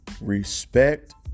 Respect